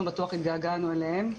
אנחנו בטוח התגעגענו אליהם.